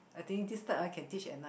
I think this type one can teach at night